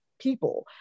people